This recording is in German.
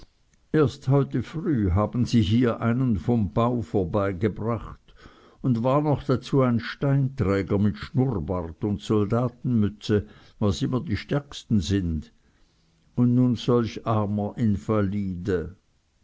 erst heute früh haben sie hier einen vom bau vorbeigebracht un war noch dazu ein steinträger mit schnurrbart und soldatenmütze was immer die stärksten sind un nu solch armer